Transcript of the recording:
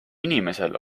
inimesel